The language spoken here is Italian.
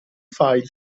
file